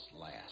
last